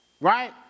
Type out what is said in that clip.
right